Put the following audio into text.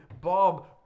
Bob